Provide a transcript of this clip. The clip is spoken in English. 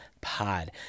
Pod